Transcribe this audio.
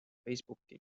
facebooki